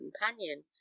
companion